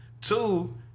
Two